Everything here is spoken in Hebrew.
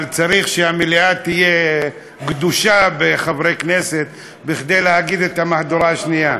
אבל צריך שהמליאה תהיה גדושה בחברי כנסת כדי להגיד את המהדורה השנייה.